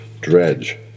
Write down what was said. Dredge